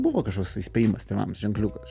buvo kažkoks įspėjimas tėvams ženkliukas